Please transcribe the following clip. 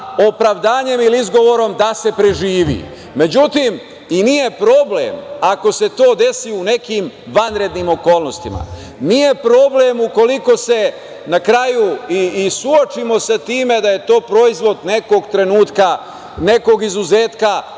opravdanjem ili izgovorom da se preživi.Međutim, nije problem ako se to desi u nekim vanrednim okolnostima, nije problem ukoliko se na kraju i suočimo sa time da je to proizvod nekog trenutka, nekog izuzetka,